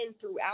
throughout